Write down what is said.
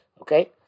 Okay